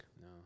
no